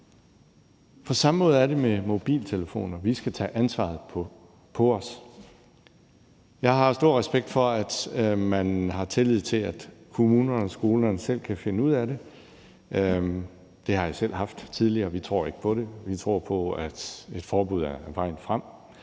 På samme måde er det med mobiltelefoner: Vi skal tage ansvaret på os. Jeg har stor respekt for, at man har tillid til, at kommunerne og skolerne selv kan finde ud af det, og det har jeg også selv haft tidligere. Vi tror ikke længere på det, vi tror på, at et forbud er vejen frem,